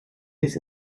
bis